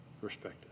perspective